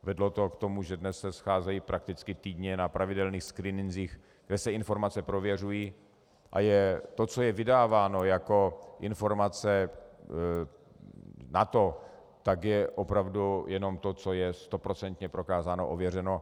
Vedlo to k tomu, že se dnes scházejí prakticky týdně na pravidelných screeninzích, kde se informace prověřují, a to, co je vydáváno jako informace NATO, tak je opravdu jenom to, co je stoprocentně prokázáno, ověřeno.